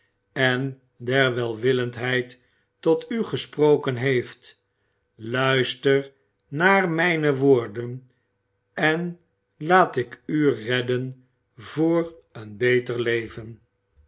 en der welwillendheid tot u gesproken heeft luister naar mijne woorden en laat ik u redden voor een beter leven